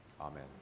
Amen